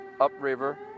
upriver